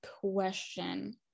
question